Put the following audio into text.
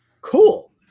Cool